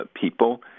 people